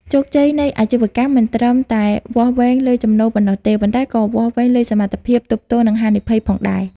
ជោគជ័យនៃអាជីវកម្មមិនត្រឹមតែវាស់វែងលើចំណូលប៉ុណ្ណោះទេ ប៉ុន្តែក៏វាស់វែងលើសមត្ថភាព ទប់ទល់នឹងហានិភ័យ ផងដែរ។